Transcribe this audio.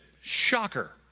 Shocker